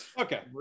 Okay